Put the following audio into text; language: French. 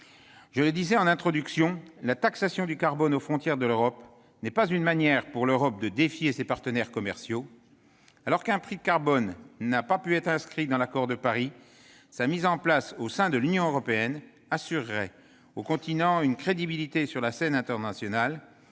Je le disais en introduction, la taxation du carbone aux frontières de l'Europe n'est pas une manière pour l'Europe de défier ses partenaires commerciaux. Alors qu'un prix du carbone n'a pas pu être inscrit dans l'accord de Paris, la mise en place de cette taxation au sein de l'Union européenne assurerait au continent une crédibilité sur la scène internationale